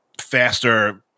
faster